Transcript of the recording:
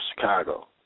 Chicago